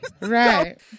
Right